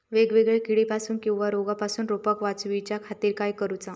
वेगवेगल्या किडीपासून किवा रोगापासून रोपाक वाचउच्या खातीर काय करूचा?